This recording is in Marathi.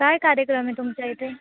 काय कार्यक्रम आहे तुमच्या इथे